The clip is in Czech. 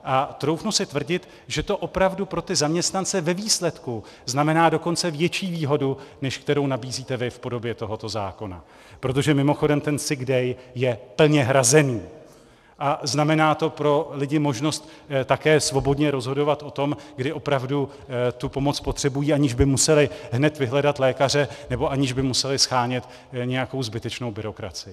A troufnu si tvrdit, že to opravdu pro ty zaměstnance ve výsledku znamená dokonce větší výhodu, než kterou nabízíte vy v podobě tohoto zákona, protože mimochodem ten sick day je plně hrazený a znamená to pro lidi možnost také svobodně rozhodovat o tom, kdy opravdu tu pomoc potřebují, aniž by museli hned vyhledat lékaře nebo aniž by museli shánět nějakou zbytečnou byrokracii.